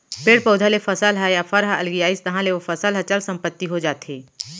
पेड़ पउधा ले फसल ह या फर ह अलगियाइस तहाँ ले ओ फसल ह चल संपत्ति हो जाथे